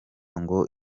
ngo